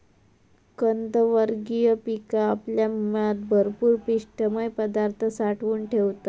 कंदवर्गीय पिका आपल्या मुळात भरपूर पिष्टमय पदार्थ साठवून ठेवतत